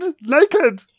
Naked